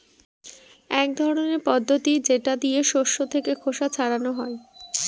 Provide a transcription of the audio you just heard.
এক ধরনের পদ্ধতি যেটা দিয়ে শস্য থেকে খোসা ছাড়ানো হয়